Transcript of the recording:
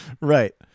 Right